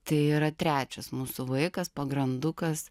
tai yra trečias mūsų vaikas pagrandukas